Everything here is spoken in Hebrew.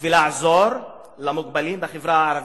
ולעזור למוגבלים בחברה הערבית,